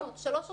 שלוש רשויות.